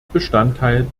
bestandteil